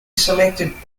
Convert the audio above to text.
selected